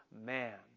man